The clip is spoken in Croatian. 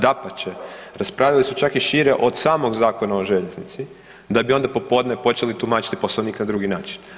Dapače, raspravljali su čak i šire od samog Zakona o željeznici, da bi onda popodne počeli tumačiti Poslovnik na drugi način.